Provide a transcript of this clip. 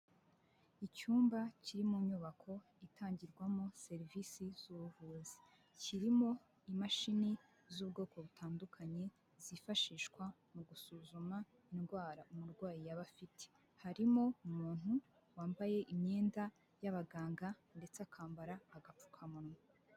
Icyumba kiri mu nyubako itangirwamo serivisi z'ubuvuzi. Kirimo imashini z'ubwoko butandukanye zifashishwa mu gusuzuma indwara umurwayi yaba afite. Harimo umuntu wambaye imyenda y'abaganga ndetse akambara agapfukamunwa.